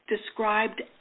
described